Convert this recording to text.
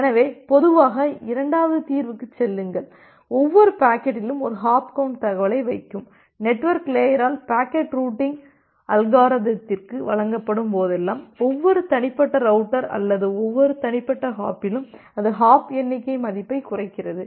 எனவே பொதுவாக இரண்டாவது தீர்வுக்குச் செல்லுங்கள் ஒவ்வொரு பாக்கெட்டிற்கும் ஒரு ஹாப் கவுண்ட் தகவலை வைக்கும் நெட்வொர்க் லேயரால் பாக்கெட் ரூட்டிங் அல்காரிதத்திற்கு வழங்கப்படும்போதெல்லாம் ஒவ்வொரு தனிப்பட்ட ரவுட்டர் அல்லது ஒவ்வொரு தனிப்பட்ட ஹாப்பிலும் அது ஹாப் எண்ணிக்கை மதிப்பை குறைக்கிறது